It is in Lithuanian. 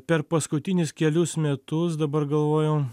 per paskutinius kelius metus dabar galvoju